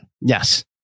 Yes